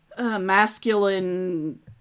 masculine